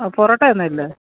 ആ പൊറോട്ട ഒന്നും ഇല്ലേ